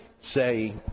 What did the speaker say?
say